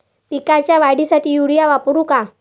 पिकाच्या वाढीसाठी युरिया वापरू का?